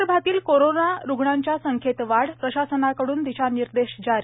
विदर्भातील कोरोना रूग्णांच्या संख्येत वाढ प्रशासनकडून दिशानिर्देश जारी